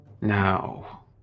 Now